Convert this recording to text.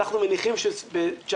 אנחנו מניחים שב-19',